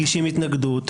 אם מוגשת התנגדות,